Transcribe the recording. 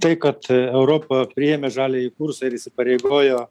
tai kad europa priėmė žaliąjį kursą ir įsipareigojo